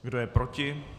Kdo je proti?